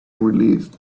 relieved